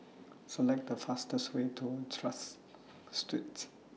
Select The fastest Way to Tras Streets